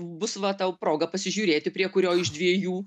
bus va tau proga pasižiūrėti prie kurio iš dviejų